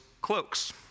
cloaks